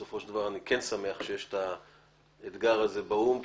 בסופו של דבר אני כן שמח שיש את האתגר הזה באו"ם,